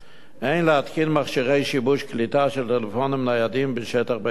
אין להתקין מכשירי שיבוש קליטה של טלפונים ניידים בשטח בית-הספר.